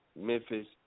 Memphis